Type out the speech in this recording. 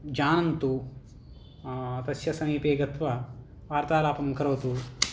जानन्तु तस्य समीपे गत्वा वार्तालापं करोतु